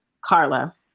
Carla